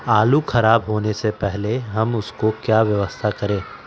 आलू खराब होने से पहले हम उसको क्या व्यवस्था करें?